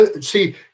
see